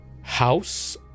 House